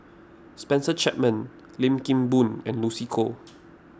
Spencer Chapman Lim Kim Boon and Lucy Koh